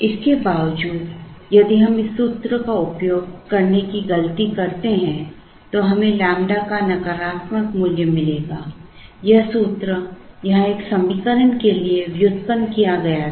इसके बावजूद यदि हम इस सूत्र का उपयोग करने की गलती करते हैं तो हमें ƛ का नकारात्मक मूल्य मिलेगा यह सूत्र यहां एक समीकरण के लिए व्युत्पन्न किया गया था